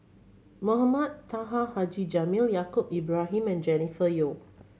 Mohamed Taha Haji Jamil Yaacob Ibrahim and Jennifer Yeo